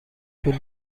طول